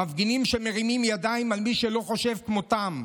מפגינים שמרימים ידיים על מי שלא חושב כמותם,